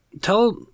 tell –